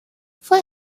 fue